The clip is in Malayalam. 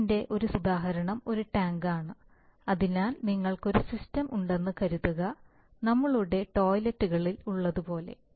ഇതിന്റെ ഒരു സാധാരണ ഉദാഹരണം ഒരു ടാങ്കാണ് അതിനാൽ നിങ്ങൾക്ക് ഒരു സിസ്റ്റം ഉണ്ടെന്ന് കരുതുക നമ്മളുടെ ടോയ്ലറ്റുകളിൽ ഉള്ളതുപോലെ